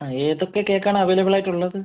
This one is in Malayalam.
ആ ഏതൊക്കെ കേക്കാണ് അവൈലബിൾ ആയിട്ടുള്ളത്